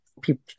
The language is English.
people